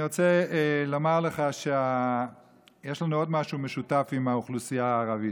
אני רוצה לומר לך שיש לנו עוד משהו משותף עם האוכלוסייה הערבית.